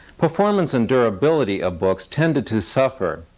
performance and durability of books tended to suffer,